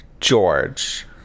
George